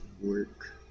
work